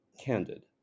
candid